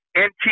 NT